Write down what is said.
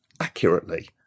accurately